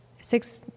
six